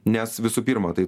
nes visų pirma tai